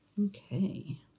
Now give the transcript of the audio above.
Okay